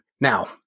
Now